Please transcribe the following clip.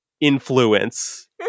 influence